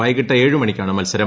വൈകിട്ട് ഏഴ് മണിക്കാണ് മത്സരം